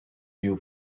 you